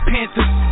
Panthers